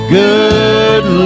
good